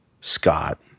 Scott